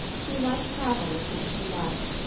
she might travel as soon as she liked.